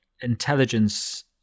intelligence